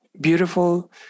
beautiful